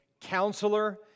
Counselor